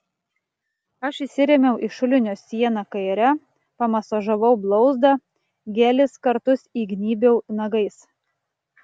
aš įsirėmiau į šulinio sieną kaire pamasažavau blauzdą gelis kartus įgnybiau nagais